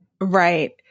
Right